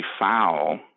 foul